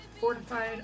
fortified